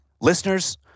Listeners